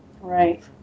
Right